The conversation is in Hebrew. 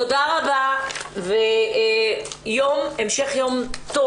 תודה רבה והמשך יום טוב.